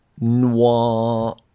noir